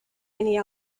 any